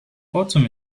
autumn